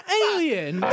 alien